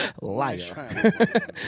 liar